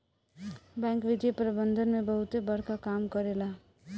bank वित्तीय प्रबंधन में बहुते बड़का काम करेला